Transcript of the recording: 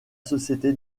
société